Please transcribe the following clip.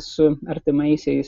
su artimaisiais